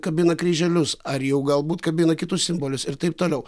kabina kryželius ar jau galbūt kabina kitus simbolius ir taip toliau